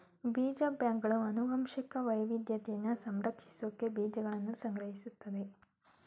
ಬೀಜ ಬ್ಯಾಂಕ್ಗಳು ಅನುವಂಶಿಕ ವೈವಿದ್ಯತೆನ ಸಂರಕ್ಷಿಸ್ಸೋಕೆ ಬೀಜಗಳ್ನ ಸಂಗ್ರಹಿಸ್ತದೆ